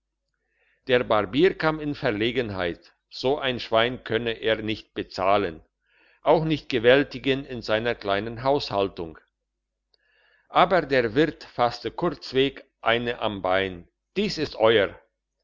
der barbier kam in verlegenheit so ein schwein könne er nicht bezahlen auch nicht gewältigen in seiner kleinen haushaltung aber der wirt fasste kurzweg eine am bein die ist euer